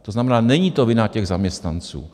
To znamená, není to vina těch zaměstnanců.